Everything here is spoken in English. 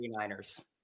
49ers